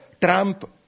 Trump